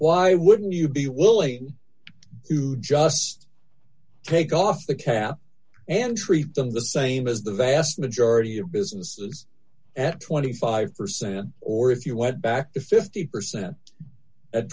why wouldn't you be willing to just take off the cap and treat them the same as the vast majority of businesses at twenty five percent or if you went back to fifty percent at